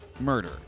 murder